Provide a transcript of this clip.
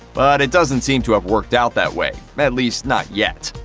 but it doesn't seem to have worked out that way. at least, not yet.